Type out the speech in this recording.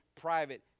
private